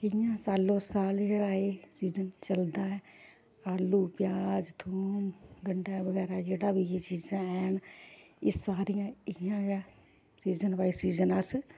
इ'यां सालो साल जेह्ड़ा एह् सीजन चलदा ऐ आलू प्याज़ थोम गन्डा बगैरा जेह्ड़ा बी चीज़ां हैन एह् सारियां इ'यां गै सीजन बाई सीजन अस